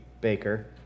baker